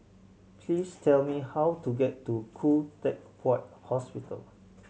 please tell me how to get to Khoo Teck Puat Hospital